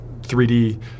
3D